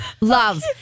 Love